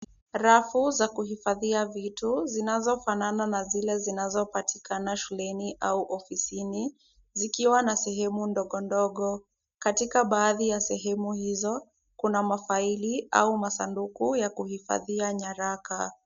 Rafu za kuhifadhia vitu zinazofanana na zile zinazopatikana shuleni au ofisini, zikiwa na sehemu ndogo ndogo. Katika baadhi ya sehemu hizo kuna mafaili au masanduku ya kuhifadhia nyaraka.